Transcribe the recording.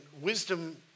wisdom